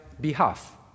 behalf